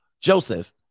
joseph